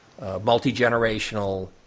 multi-generational